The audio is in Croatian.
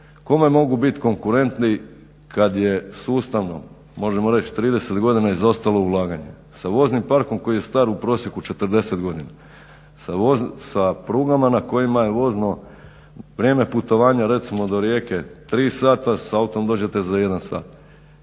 kome mogu biti konkurentni kad je sustavno, možemo reći 30 godina, izostalo ulaganje? Sa voznim parkom koji je star u prosjeku 40 godina, sa prugama na kojima je vozno vrijeme putovanja recimo do Rijeke 3 sata, s autom dođete za 1 sat.